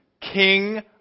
King